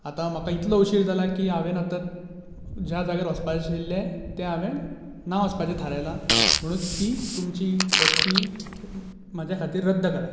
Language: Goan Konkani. आतां म्हाका इतलो उशीर जाला की हांवें आतां ज्या जाग्यार वचपाचे आशिल्ले ते हांवें ना वचपाचे थारायला म्हणून ती तुमची टॅक्सी म्हज्या खातीर रद्द करात